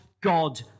God